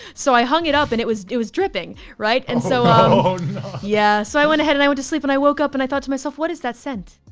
so i hung it up and it was it was dripping. and so. yeah, so i went ahead and i went to sleep and i woke up and i thought to myself, what is that scent?